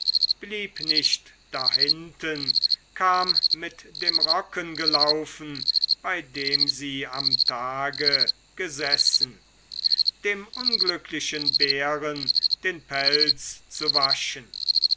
blieb nicht dahinten kam mit dem rocken gelaufen bei dem sie am tage gesessen dem unglücklichen bären den pelz zu waschen